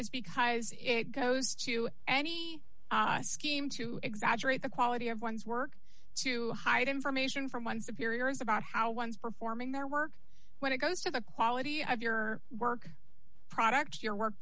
is because it goes to any scheme to exaggerate the quality of one's work to hide information from one's appearance about how one's performing their work when it goes to the quality of your work product your work